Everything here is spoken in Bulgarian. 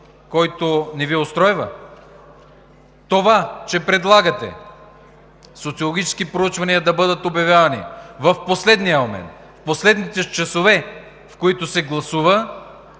който не Ви устройва? Това, че предлагате социологически проучвания да бъдат обявявани в последния момент, в последните часове, в които се гласува,